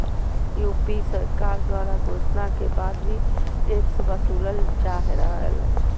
UP सरकार द्वारा घोषणा के बाद भी टैक्स वसूलल जा रहलय